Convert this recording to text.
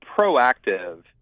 proactive